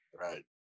Right